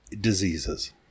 diseases